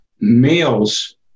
males